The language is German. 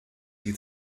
die